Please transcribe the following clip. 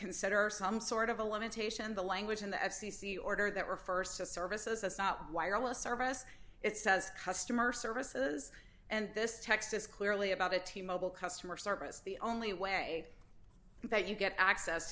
consider some sort of a limitation the language in the f c c order that refers to services that's not wireless service it says customer services and this texas clearly about it t mobile customer service the only way that you get access